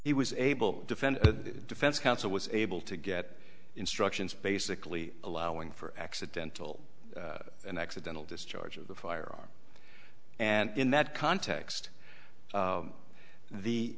he was able defend the defense counsel was able to get instructions basically allowing for accidental an accidental discharge of a firearm and in that context